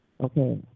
Okay